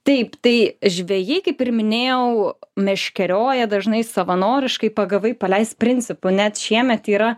taip tai žvejai kaip ir minėjau meškerioja dažnai savanoriškai pagavai paleisk principu net šiemet yra